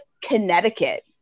Connecticut